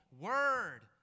word